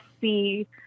see